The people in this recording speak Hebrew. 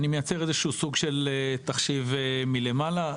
אני מייצר סוג של תחשיב מלמעלה: